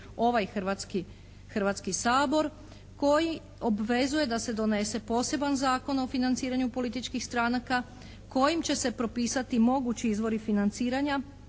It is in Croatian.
ovaj Hrvatski sabor koji obvezuje da se donese poseban zakon o financiranju političkih stranaka kojim će se propisati mogući izvori financiranja